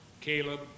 Caleb